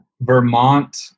Vermont